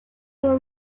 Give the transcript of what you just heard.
were